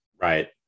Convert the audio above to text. Right